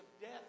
death